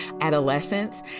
adolescents